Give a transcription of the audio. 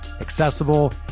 accessible